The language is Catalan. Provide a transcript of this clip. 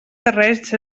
terrenys